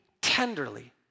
tenderly